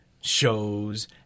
shows